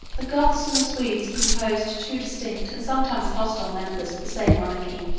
the goths and the swedes composed two distinct and sometimes hostile members of the same monarchy.